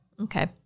okay